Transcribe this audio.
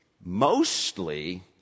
mostly